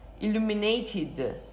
illuminated